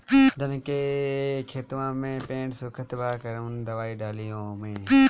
धान के खेतवा मे पेड़ सुखत बा कवन दवाई डाली ओमे?